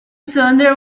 cylinder